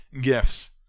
gifts